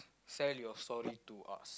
sell your story to us